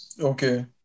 Okay